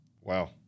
Wow